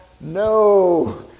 No